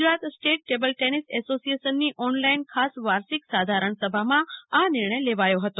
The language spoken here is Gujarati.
ગુજરાત સ્ટેટ ટેબલ ટેનિસ એસોસિયેશનની ઓનલાઇન ખાસ વાર્ષિક સાધારણ સભામાં આ નિર્ણય લેવાયો હતો